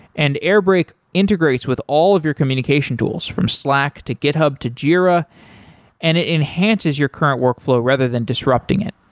and airbrake integrates with all of your communication tools, from slack, to github, to gira and it enhances your current workflow rather than disrupting it.